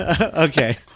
Okay